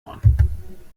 ohren